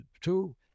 two